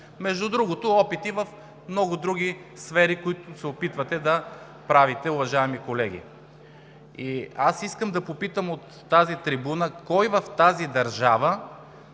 Между другото, опити в много други сфери, които се опитвате да правите, уважаеми колеги. Аз искам да попитам от тази трибуна: кой в тази държава